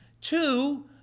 Two